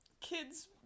kid's